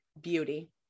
Beauty